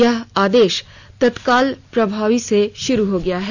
यह आदेश तत्काल प्रभावी से शुरू हो गया है